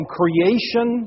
creation